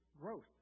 growth